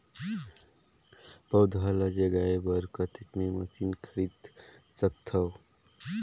पौधा ल जगाय बर कतेक मे मशीन खरीद सकथव?